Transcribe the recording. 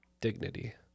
dignity